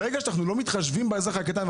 אנחנו לא מתחשבים באזרח הקטן,